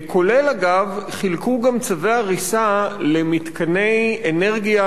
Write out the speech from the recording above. כולל, אגב, חילקו גם צווי הריסה למתקני אנרגיה